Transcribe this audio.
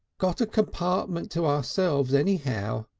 got a compartment to ourselves anyhow,